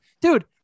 dude